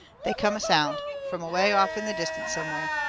they come a sound, from away off in the distance somewheres,